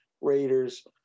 Raiders